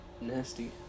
Nasty